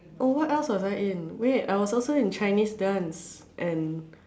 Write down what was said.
um what else was I in wait I was also in Chinese dance and